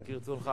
כרצונך.